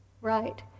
right